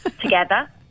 together